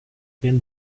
been